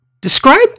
describe